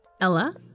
Ella